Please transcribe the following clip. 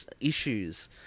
issues